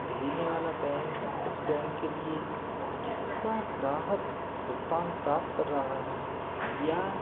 भेजने वाला बैंक उस बैंक के लिए जिसका ग्राहक भुगतान प्राप्त कर रहा है या